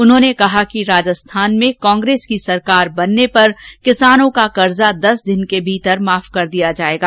उन्होंने कहा कि राजस्थान में कांग्रेस की सरकार बनने पर किसानों का कर्जा दस दिन में माफ कर दिया जाएगा